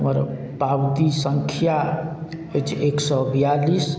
हमर पाबती सङ्ख्या अछि एक सओ बियालिस